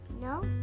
No